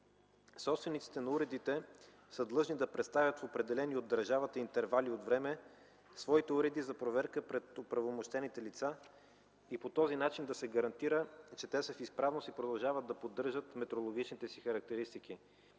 Собствениците на уредите са длъжни да представят в определени от държавата интервали от време своите уреди за проверка пред оправомощените лица и по този начин да се гарантира, че те са в изправност и продължават да поддържат метрологичните си характеристики.